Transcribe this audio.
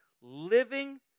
living